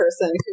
person